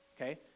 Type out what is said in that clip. okay